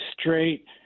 straight